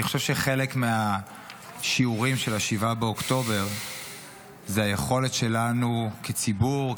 אני חושב שחלק מהשיעור של 7 באוקטובר זה היכולת שלנו כציבור,